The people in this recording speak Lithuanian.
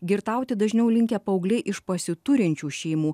girtauti dažniau linkę paaugliai iš pasiturinčių šeimų